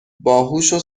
باهوشو